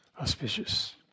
auspicious